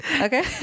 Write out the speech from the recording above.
Okay